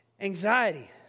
Anxiety